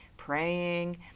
praying